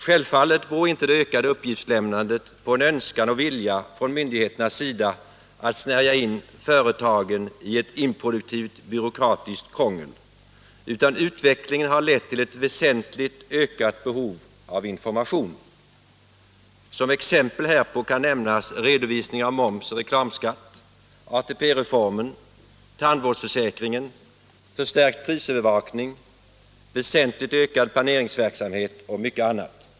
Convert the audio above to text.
Självfallet beror inte det ökade uppgiftslämnandet på en önskan och vilja från myndigheternas sida att snärja in företagen i ett improduktivt byråkratiskt krångel, utan utvecklingen har lett till ett väsentligt ökat behov av information. Som exempel härpå kan nämnas redovisning av moms och reklamskatt, ATP-reformen, tandvårdsförsäkringen, förstärkt prisövervakning, väsentligt ökad planeringsverksamhet och mycket annat.